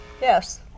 Yes